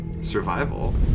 Survival